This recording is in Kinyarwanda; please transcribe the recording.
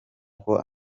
uko